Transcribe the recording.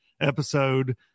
episode